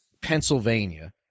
Pennsylvania